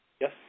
Yes